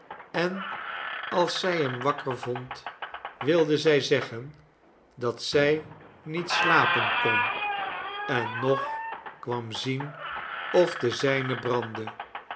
en als zij hem wakker vond wilde zij zeggen dat zij niet slapen kon en nog kwam zien of de zijne brandde